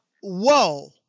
whoa